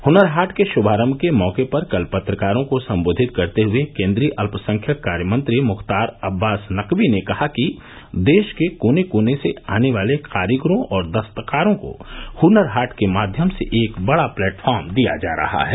हनर हाट के श्भारम्भ के मौके पर कल पत्रकारों को संबोधित करते हुए केन्द्रीय अत्यसंख्यक कार्य मंत्री मुख्तार अबास नकवी ने कहा कि देश के कोने कोने से आने वाले कारीगरों और दस्तकारों को हुनर हाट के माध्यम से एक बड़ा प्लेटफार्म दिया जा रहा है